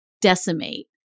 decimate